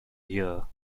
year